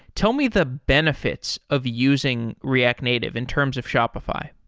tell me the benefits of using react native in terms of shopify